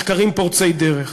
מחקרים פורצי דרך.